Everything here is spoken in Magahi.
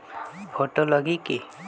फोटो लगी कि?